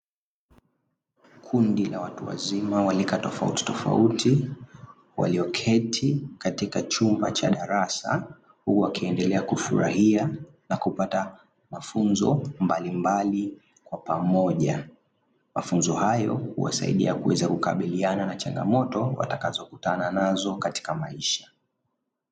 Kundi la watu wazima wa rika tofautitofauti walioketi katika chumba cha darasa huku wakiendelea kufurahia na kupata mafunzo mbalimbali kwa pamoja. Mafunzo hayo huweza kuwasaidia kukabiliana na changamoto mbalimbali watakazokutana nazo katika kimaisha.